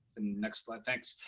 next slide, thanks.